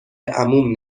عموم